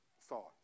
thought